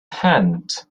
hands